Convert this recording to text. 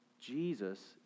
Jesus